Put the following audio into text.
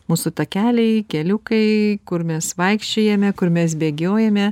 mūsų takeliai keliukai kur mes vaikščiojame kur mes bėgiojame